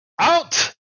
Out